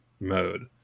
mode